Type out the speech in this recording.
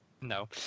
No